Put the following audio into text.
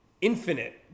infinite